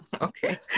Okay